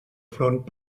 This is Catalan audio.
front